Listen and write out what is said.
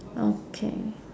okay